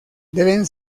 deben